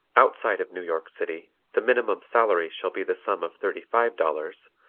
outside of new york city the minimum salary shall be the sum of thirty-five dollars,